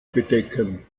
bedecken